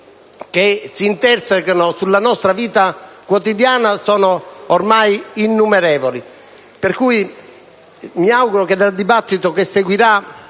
che incidono sulla nostra vita quotidiana sono ormai innumerevoli. Mi auguro che dal dibattito che seguirà